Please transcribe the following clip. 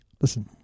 listen